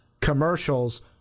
commercials